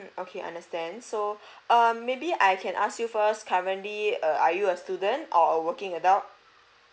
okay understand so uh maybe I can ask you first currently uh are you a student or a working adult